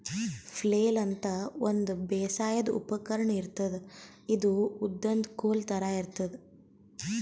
flail ಅಂತಾ ಒಂದ್ ಬೇಸಾಯದ್ ಉಪಕರ್ಣ್ ಇರ್ತದ್ ಇದು ಉದ್ದನ್ದ್ ಕೋಲ್ ಥರಾ ಇರ್ತದ್